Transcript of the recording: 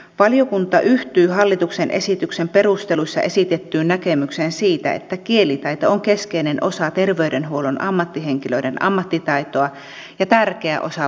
valiokunta yhtyy hallituksen esityksen perusteluissa esitettyyn näkemykseen siitä että kielitaito on keskeinen osa terveydenhuollon ammattihenkilöiden ammattitaitoa ja tärkeä osa potilasturvallisuutta